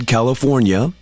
California